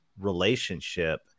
relationship